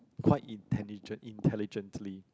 quite intelligent intelligently